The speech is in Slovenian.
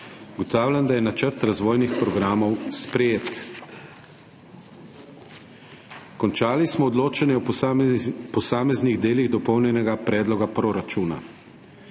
Ugotavljam, da je Načrt razvojnih programov sprejet. Končali smo odločanje o posameznih delih dopolnjenega predloga proračuna.